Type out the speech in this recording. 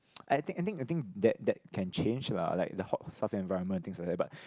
I think I think I think that that can change lah like the hot stuff en~ environment and things like that but